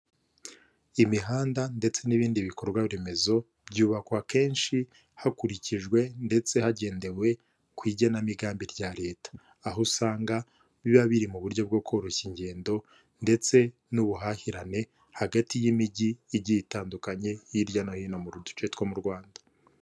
Imihanda ndetse n'ibindi bikorwa remezo, byubakwa kenshi hakurikijwe ndetse hagendewe ku igenamigambi rya leta, aho usanga biba biri mu buryo bwo koroshya ingendo, ndetse n'ubuhahirane hagati y'imijyi igiye itandukanye, hirya no hino mu duce two mu Rwanda.